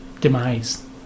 demise